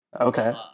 Okay